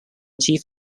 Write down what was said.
chief